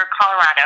Colorado